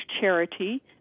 charity